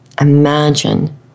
Imagine